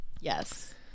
yes